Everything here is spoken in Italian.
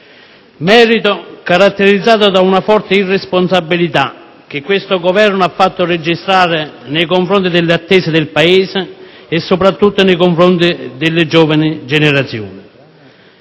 stato caratterizzato da una forte irresponsabilità che questo Governo ha fatto registrare nei confronti delle attese del Paese e, soprattutto, delle giovani generazioni.